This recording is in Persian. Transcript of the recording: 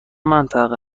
منطقه